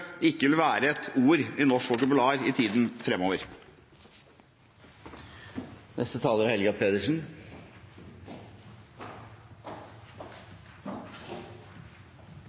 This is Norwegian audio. ikke vil være et ord i norsk vokabular i tiden